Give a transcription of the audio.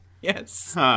Yes